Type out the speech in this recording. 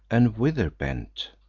and whither bent?